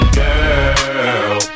girl